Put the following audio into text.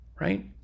right